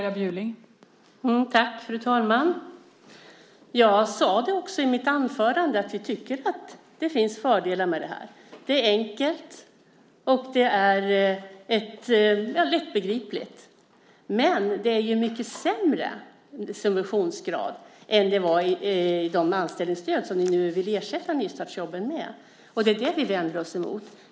Fru talman! Jag sade också i mitt anförande att vi tycker att det finns fördelar med detta. Det är enkelt. Det är lättbegripligt. Men det är en mycket sämre subventionsgrad än i de anställningsstöd som ni vill ersätta nystartsjobben med. Det är det vi vänder oss mot.